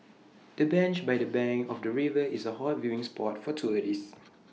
the bench by the bank of the river is A hot viewing spot for tourists